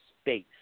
space